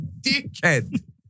dickhead